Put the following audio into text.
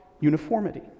uniformity